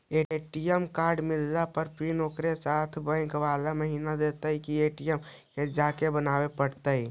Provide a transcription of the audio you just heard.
ATM card मिलला पर PIN ओकरे साथे बैक बाला महिना देतै कि ए.टी.एम में जाके बना बे पड़तै?